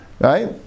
right